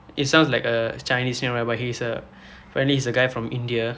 it sounds like a chinese name right but he is a apparently he is a guy from India